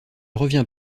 revient